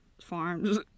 farms